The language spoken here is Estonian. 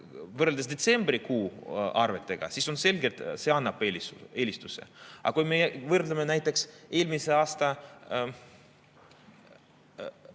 võrreldes detsembrikuu arvetega, siis on selge, et see annab eelise, aga kui me võrdleme näiteks eelmise aasta